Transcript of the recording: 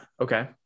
Okay